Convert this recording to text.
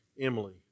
Emily